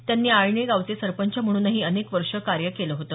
त्यांनी आळणी गावचे सरपंच म्हणूनही अनेक वर्षे कार्य केलं होतं